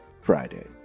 fridays